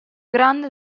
grande